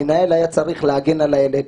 המנהל היה צריך להגן על הילד,